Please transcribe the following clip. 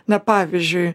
na pavyzdžiui